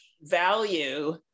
value